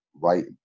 Right